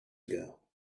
ago